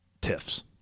tiffs